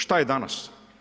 Šta je danas?